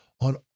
on